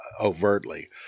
overtly